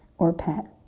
or pet.